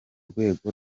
rwego